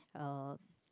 uh